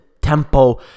tempo